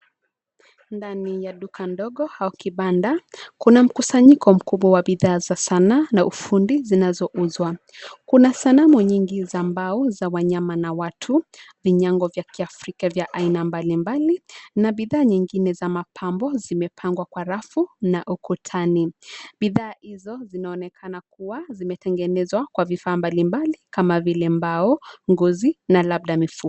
Ndani ya duka ndogo au kibanda, kuna mkusanyiko mkubwa wa bidhaa za sanaa na ufundi zinazouzwa. Kuna sanamu nyingi za mbao ,za wanyama na watu, vinyago vya kiafrika vya aina mbali mbali na bidha nyingine za mapambo, zimepangwa kwa rafu na ukutani. Bidhaa hizo zinaonekana zimetengenezwa kwa vifa mbali mbali, kama vile mbao, ngozi na labda mifupa.